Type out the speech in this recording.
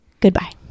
Goodbye